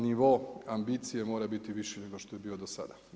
Nivo ambicija mora biti viši nego što je bio do sada.